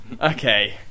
okay